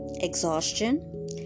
exhaustion